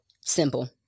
Simple